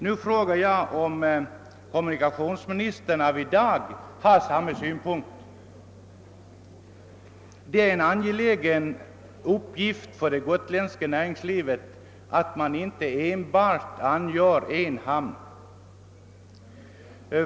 Nu frågar jag kommunikationsministern i dag om han har samma synpunkter om hamnarna. Det är en angelägen uppgift för det gotländska näringslivet att man inte enbart angör en enda hamn.